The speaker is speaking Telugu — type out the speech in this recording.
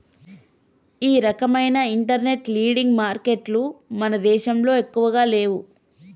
ఈ రకవైన ఇంటర్నెట్ లెండింగ్ మారికెట్టులు మన దేశంలో ఎక్కువగా లేవు